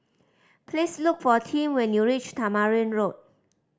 please look for Tim when you reach Tamarind Road